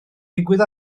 digwydd